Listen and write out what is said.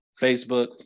Facebook